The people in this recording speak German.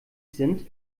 sind